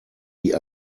die